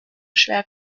schwer